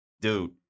Dude